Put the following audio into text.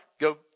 Go